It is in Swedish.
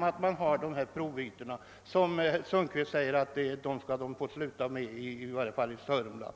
tack vare de provytor, som man enligt herr Sundkvist bör sluta med, i varje fall i Sörmland.